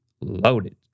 loaded